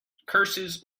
curses